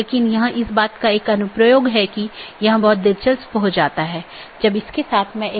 तो AS के भीतर BGP का उपयोग स्थानीय IGP मार्गों के विज्ञापन के लिए किया जाता है